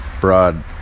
broad